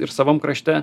ir savam krašte